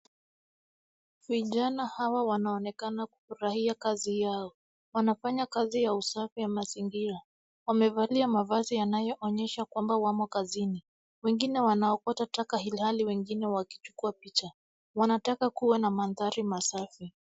Vijana hawa wanaonekana kufurahia kazi yao wanafanya kazi ya usafi wa mazingira wamevalia mavazi yanayoonyesha kwamba wamo kazini, wengine wanaokota taka ilhali wengine wanachukuwa picha. Wanataka kuwa na mandhari safi.